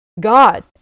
God